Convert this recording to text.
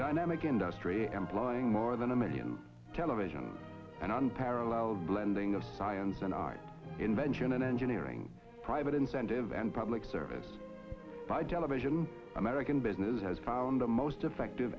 dynamic industry employing more than a million television an unparalleled blending of science and art invention and engineering private incentive and public service by television american business has found the most effective